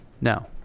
No